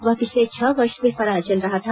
वह पिछले छह वर्ष से फरार चल रहा था